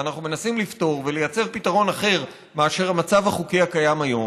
ואנחנו מנסים לפתור ולייצר פתרון אחר מאשר המצב החוקי הקיים היום,